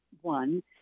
one